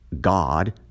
God